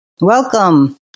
Welcome